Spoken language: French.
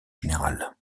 général